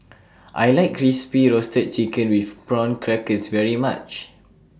I like Crispy Roasted Chicken with Prawn Crackers very much